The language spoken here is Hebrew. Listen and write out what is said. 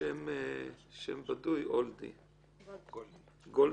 שם בדוי, גולדי.